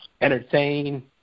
entertain